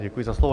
Děkuji za slovo.